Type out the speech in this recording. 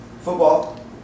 Football